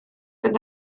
gan